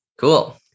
Cool